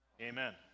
Amen